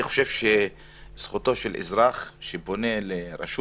אני חושב שזכותו של אזרח שפונה לרשות